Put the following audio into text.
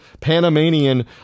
Panamanian